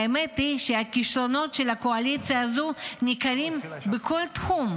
האמת היא שהכישלונות של הקואליציה הזו ניכרים בכל תחום,